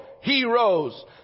heroes